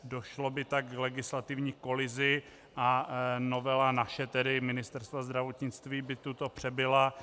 Došlo by tak k legislativní kolizi a novela naše, tedy Ministerstva zdravotnictví by tuto přebila.